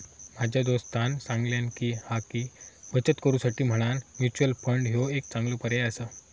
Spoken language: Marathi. माझ्या दोस्तानं सांगल्यान हा की, बचत करुसाठी म्हणान म्युच्युअल फंड ह्यो एक चांगलो पर्याय आसा